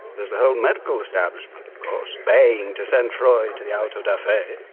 there's a whole medical establishment of course baying to send freud to the auto-da-fe.